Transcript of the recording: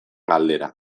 galdera